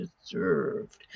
deserved